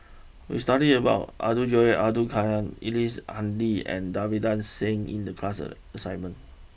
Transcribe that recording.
we studied about Abdul Jalil Abdul Kadir Ellice Handy and Davinder Singh in the class a assignment